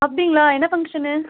அப்படிங்களா என்ன ஃபங்க்ஷனு